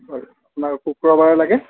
বাৰু বাৰু শুক্ৰবাৰে লাগে